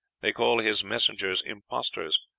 they call his messengers imposters,